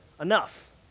enough